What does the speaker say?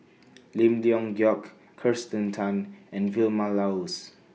Lim Leong Geok Kirsten Tan and Vilma Laus